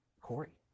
Corey